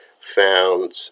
found